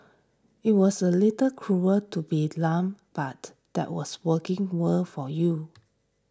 it was a little cruel to be but that was working world for you